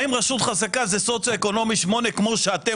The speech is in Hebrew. האם רשות חזקה זה סוציו אקונומי 8 כמו שאתם